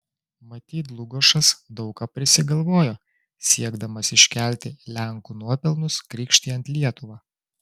matyt dlugošas daug ką prisigalvojo siekdamas iškelti lenkų nuopelnus krikštijant lietuvą